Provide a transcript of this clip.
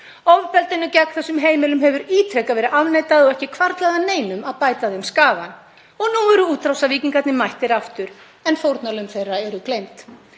Ofbeldinu gegn þessum heimilum hefur ítrekað verið afneitað og ekki hvarflað að neinum að bæta þeim skaðann. Og nú eru útrásarvíkingarnir mættir aftur en fórnarlömb þeirra eru gleymd.